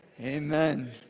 Amen